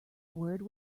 word